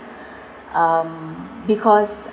um because